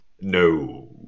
No